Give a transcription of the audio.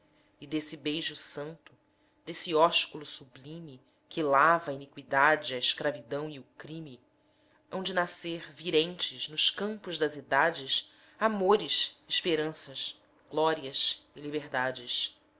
e desse beijo santo desse ósculo sublime que lava a iniqüidade a escravidão e o crime hão de nascer virentes nos campos das idades amores esperanças glórias e liberdades